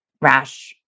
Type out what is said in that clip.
rash